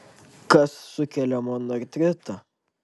kas sukelia monoartritą